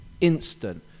instant